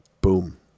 Boom